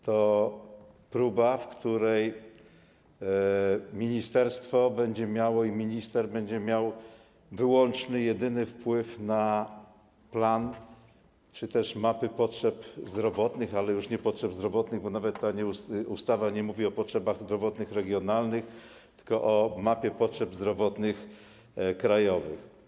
To próba, w której ministerstwo i minister będą mieli wyłączny, jedyny wpływ na plan czy też mapy potrzeb zdrowotnych, ale już nie potrzeb zdrowotnych, bo nawet ta ustawa nie mówi o potrzebach zdrowotnych regionalnych, tylko o mapie potrzeb zdrowotnych krajowych.